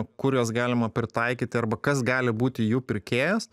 kur juos galima pritaikyti arba kas gali būti jų pirkėjas